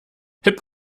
hip